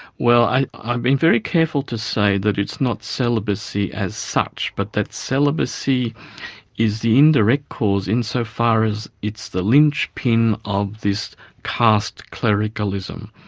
well i'm being very careful to say that it's not celibacy as such, but that celibacy is the indirect cause in so far as it's the lynchpin of this caste clericalism.